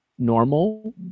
Normal